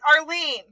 Arlene